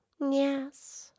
yes